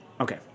okay